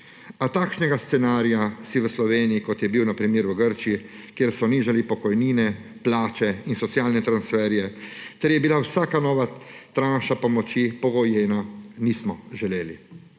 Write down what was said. A takšnega scenarija si v Sloveniji, kot je bil, na primer, v Grčiji, kjer so nižali pokojnine, plače in socialne transferje, kjer je bila vsaka nova tranša pomoči pogojena, nismo želeli.